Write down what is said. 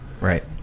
Right